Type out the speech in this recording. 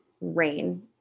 rain